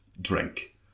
drink